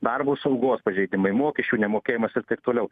darbo saugos pažeidimai mokesčių nemokėjimas ir taip toliau